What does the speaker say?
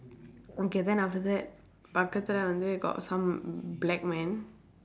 okay then after that பக்கத்துல வந்து:pakkaththulee vandthu got some black man